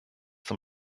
zum